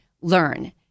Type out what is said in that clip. learn